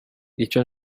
icyo